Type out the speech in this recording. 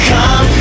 Come